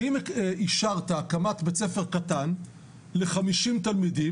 כי אם אישרת הקמת בית-ספר קטן ל-50 תלמידים